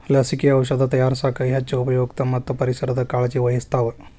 ಲಸಿಕೆ, ಔಔಷದ ತಯಾರಸಾಕ ಹೆಚ್ಚ ಉಪಯುಕ್ತ ಮತ್ತ ಪರಿಸರದ ಕಾಳಜಿ ವಹಿಸ್ತಾವ